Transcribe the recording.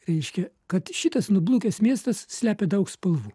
reiškia kad šitas nublukęs miestas slepia daug spalvų